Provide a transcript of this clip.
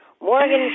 Morgan